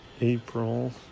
April